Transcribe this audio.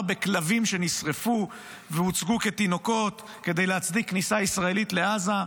בכלבים שנשרפו והוצגו כתינוקות כדי להצדיק כניסה ישראלית לעזה.